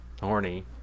horny